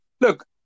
Look